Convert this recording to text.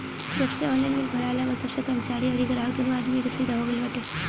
जबसे online bill भराए लागल तबसे कर्मचारीन अउरी ग्राहक दूनो आदमी के सुविधा हो गईल बाटे